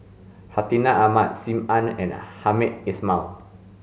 Hartinah Ahmad Sim Ann and Hamed Ismail